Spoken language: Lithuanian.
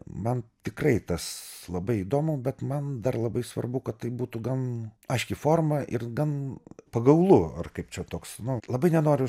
man tikrai tas labai įdomu bet man dar labai svarbu kad tai būtų gan aiški forma ir gan pagaulu ar kaip čia toks nu labai nenoriu